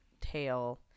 tail